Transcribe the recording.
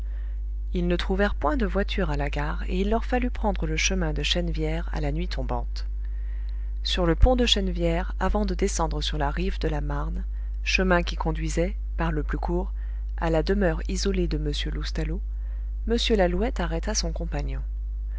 ils ne trouvèrent point de voiture à la gare et il leur fallut prendre le chemin de chennevières à la nuit tombante sur le pont de chennevières avant de descendre sur la rive de la marne chemin qui conduisait par le plus court à la demeure isolée de m loustalot m lalouette arrêta son compagnon